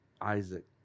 Isaac